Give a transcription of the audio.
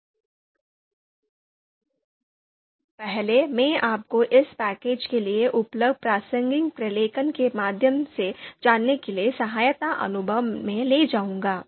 तो पहले मैं आपको इस पैकेज के लिए उपलब्ध प्रासंगिक प्रलेखन के माध्यम से जाने के लिए सहायता अनुभाग में ले जाऊंगा